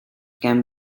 can